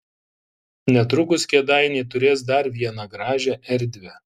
netrukus kėdainiai turės dar vieną gražią erdvę